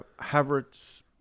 havertz